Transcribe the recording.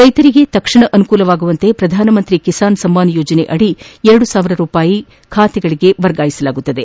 ರೈತರಿಗೆ ತಕ್ಷಣ ಅನುಕೂಲವಾಗುವಂತೆ ಪ್ರಧಾನಮಂತ್ರಿ ಕಿಸಾನ್ ಸಮ್ಮಾನ್ ಯೋಜನೆಯಡಿ ಎರಡು ಸಾವಿರ ರೂಪಾಯಿಗಳನ್ನು ಖಾತೆಗಳಿಗೆ ವರ್ಗಾವಣೆ ಮಾಡಲಾಗುವುದು